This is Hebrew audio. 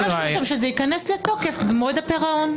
רשום שם שזה ייכנס לתוקף במועד הפירעון.